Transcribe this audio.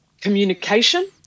communication